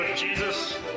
Jesus